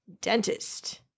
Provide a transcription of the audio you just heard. dentist